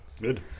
Good